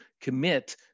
commit